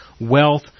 wealth